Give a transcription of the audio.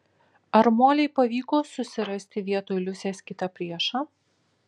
ar molei pavyko susirasti vietoj liusės kitą priešą